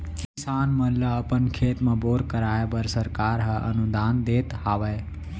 किसान मन ल अपन खेत म बोर कराए बर सरकार हर अनुदान देत हावय